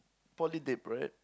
poly dip right